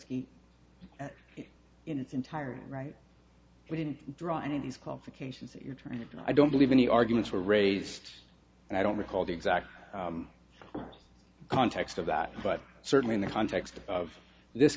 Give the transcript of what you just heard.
in its entirety right we didn't draw any of these qualifications that you're trying to do i don't believe any arguments were raised and i don't recall the exact context of that but certainly in the context of this